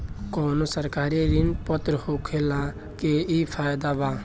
कवनो सरकारी ऋण पत्र होखला के इ फायदा बा